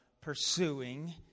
pursuing